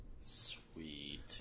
Sweet